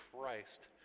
Christ